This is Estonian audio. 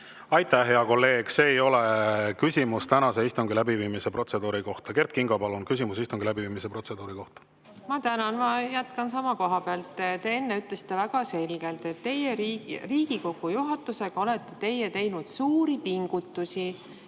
Aitäh, hea kolleeg! See ei ole küsimus tänase istungi läbiviimise protseduuri kohta. Kert Kingo, palun, küsimus istungi läbiviimise protseduuri kohta! Ma tänan! Ma jätkan sama koha pealt. Te enne ütlesite väga selgelt, et teie Riigikogu juhatusega olete teinud suuri pingutusi,